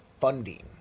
funding